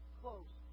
close